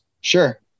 Sure